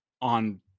on